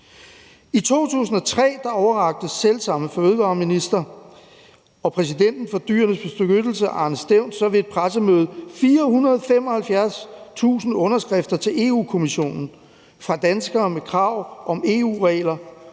I 2003 overrakte selv samme fødevareminister og præsidenten for Dyrenes Beskyttelse, Arne Stevns Sørensen, så ved et pressemøde 475.000 underskrifter til Europa-Kommissionen fra danskere med krav om EU-regler